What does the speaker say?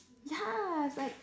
yeah it's like